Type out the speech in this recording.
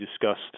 discussed